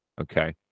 Okay